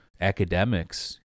academics